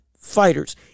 fighters